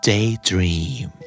Daydream